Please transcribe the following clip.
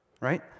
right